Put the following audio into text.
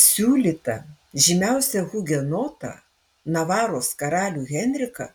siūlyta žymiausią hugenotą navaros karalių henriką